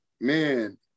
man